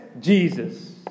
Jesus